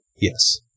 Yes